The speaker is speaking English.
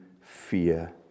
fear